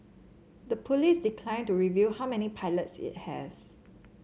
the police declined to reveal how many pilots it has